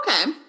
Okay